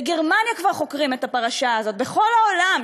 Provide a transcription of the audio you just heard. בגרמניה כבר חוקרים את הפרשה הזאת, בכל העולם.